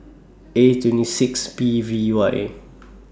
A twenty six P V Y